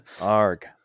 Arg